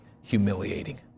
humiliating